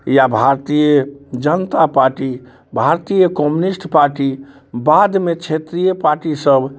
या Bharatiya Janata Party Bharatiya Communist Party बादमे क्षेत्रीय पार्टी सब